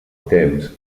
temps